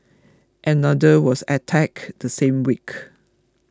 another was attacked the same week